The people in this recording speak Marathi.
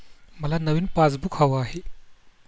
मला नवीन पासबुक हवं आहे